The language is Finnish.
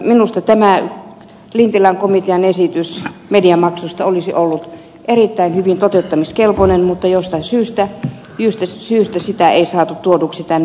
minusta tämä lintilän komitean esitys mediamaksusta olisi ollut erittäin hyvin toteuttamiskelpoinen mutta jostain syystä sitä ei saatu tuoduksi tänne eduskuntaan